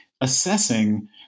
assessing